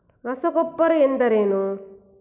ರಸಗೊಬ್ಬರ ಎಂದರೇನು?